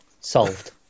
Solved